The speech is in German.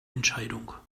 entscheidung